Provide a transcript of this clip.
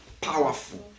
powerful